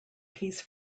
piece